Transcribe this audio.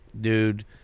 Dude